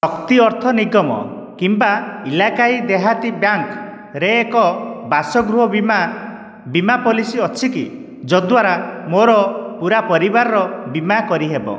ଶକ୍ତି ଅର୍ଥ ନିଗମ କିମ୍ବା ଇଲାକାଈ ଦେହାତୀ ବ୍ୟାଙ୍କ୍ରେ ଏକ ବାସଗୃହ ବୀମା ବୀମା ପଲିସି ଅଛିକି ଯଦ୍ଦ୍ଵାରା ମୋ'ର ପୂରା ପରିବାରର ବୀମା କରିହେବ